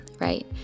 right